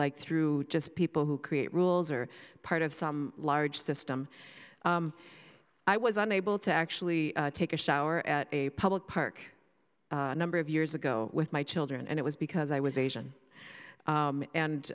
like through just people who create rules are part of some large system i was unable to actually take a shower at a public park a number of years ago with my children and it was because i was asian